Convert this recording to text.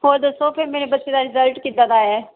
ਹੋਰ ਦੱਸੋ ਫੇਰ ਮੇਰੇ ਬੱਚੇ ਦਾ ਰਿਜ਼ਲਟ ਕਿੱਦਾਂ ਦਾ ਆਇਆ ਹੈ